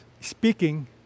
speaking